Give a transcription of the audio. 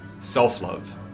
self-love